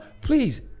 please